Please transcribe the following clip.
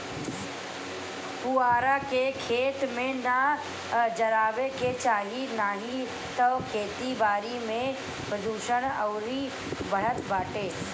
पुअरा के, खेत में ना जरावे के चाही नाही तअ खेती बारी में प्रदुषण अउरी बढ़त बाटे